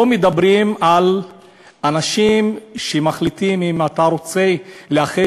לא מדברים על אנשים שמחליטים אם אתה רוצה לאחד